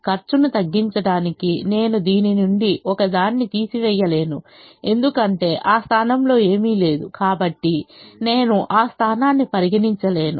ఖర్చును తగ్గించడానికి నేను దీని నుండి ఒకదాన్ని తీసివేయలేను ఎందుకంటే ఆ స్థానంలో ఏమీ లేదు కాబట్టి నేను ఆ స్థానాన్ని పరిగణించలేను